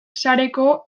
sareko